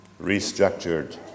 restructured